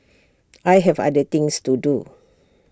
I have other things to do